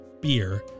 beer